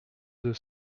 deux